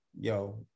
yo